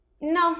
No